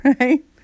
right